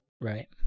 Right